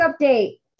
update